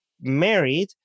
married